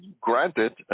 granted